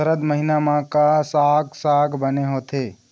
सरद महीना म का साक साग बने होथे?